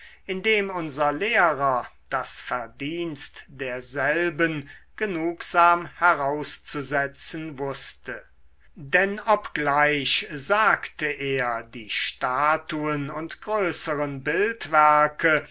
indem unser lehrer das verdienst derselben genugsam herauszusetzen wußte denn obgleich sagte er die statuen und größeren bildwerke